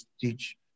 teach